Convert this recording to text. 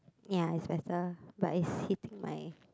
ya it's better but it's hitting my